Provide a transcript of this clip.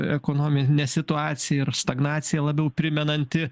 ekonominė situacija ir stagnaciją labiau primenanti